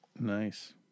Nice